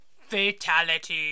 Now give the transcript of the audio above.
fatality